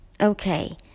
okay